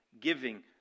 giving